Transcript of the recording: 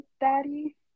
daddy